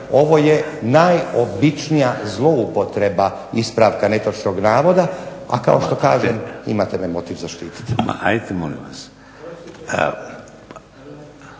ovo je najobičnija zloupotreba ispravka netočnog navoda, a kao što kažem imate me motiv zaštititi. **Šeks,